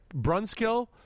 Brunskill